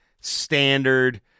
standard